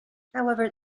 however